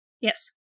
Yes